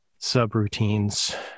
subroutines